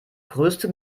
größte